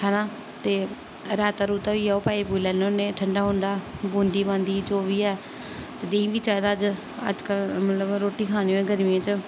है ना ते रायता रूयता होई गेआ ओह् पाई पोई लैन्ने होन्ने ठंडा होंदा बूंदी बांदी जो बी ऐ देहीं बी चाहिदा अज्ज अज्जकल मतलब रोटी खानी होऐ गर्मियें च